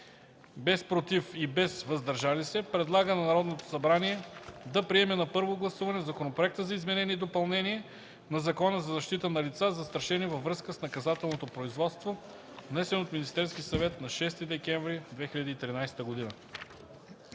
без „против и „въздържали се”, предлага на Народното събрание да приеме на първо гласуване Законопроекта за изменение и допълнение на Закона за защита на лица, застрашени във връзка с наказателно производство, внесен от Министерския съвет на 6 декември 2013 г.”